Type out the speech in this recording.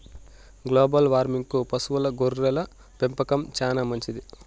global వార్మింగ్కు పశువుల గొర్రెల పెంపకం చానా మంచిది